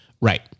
Right